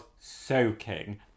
soaking